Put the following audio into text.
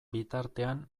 bitartean